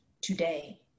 today